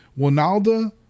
Winalda